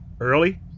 Early